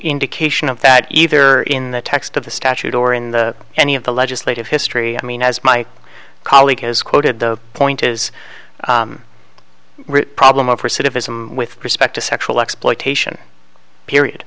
indication of that either in the text of the statute or in the any of the legislative history i mean as my colleague has quoted the point is root problem of recidivism with respect to sexual exploitation period